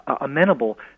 amenable